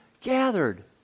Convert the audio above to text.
gathered